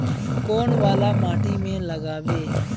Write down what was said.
कौन वाला माटी में लागबे?